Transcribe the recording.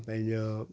मां पंहिंजो